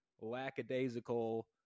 lackadaisical